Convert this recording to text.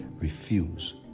refuse